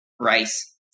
rice